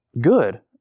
good